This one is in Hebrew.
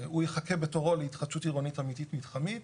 הוא יחכה בתורו להתחדשות עירונית מתחמית.